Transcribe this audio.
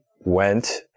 went